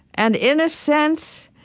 and in a sense,